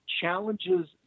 challenges